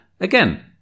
Again